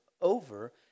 over